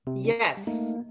Yes